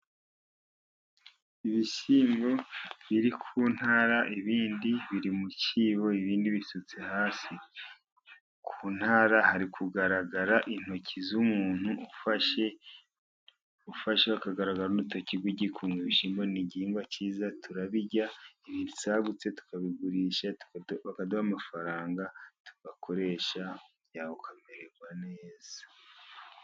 Ibishyimbo biri ku ntara ibindi biri mu cyibo, ibindi bisutse hasi. Ku ntara hari kugaragara intoki z'umuntu ufashe hakagaragara n'urutoki rw'igikumwe. Ibishyimbo ni igihingwa cyiza, turabirya ibisagutse tukabigurisha, bakaduha amafaranga tugakoresha, ukamererwa neza.